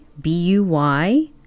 B-U-Y